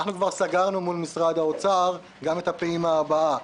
אנחנו כבר סגרנו מול משרד האוצר גם את הפעימה הבאה.